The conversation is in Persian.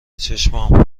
چشمام